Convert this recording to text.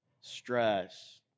stress